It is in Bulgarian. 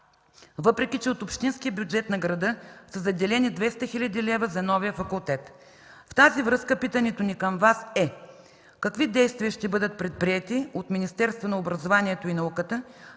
въпреки че от общинския бюджет на града са заделени 200 хил. лв. за новия факултет. В тази връзка питането ни към Вас е: какви действия ще бъдат предприети от Министерството на образованието и науката